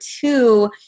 two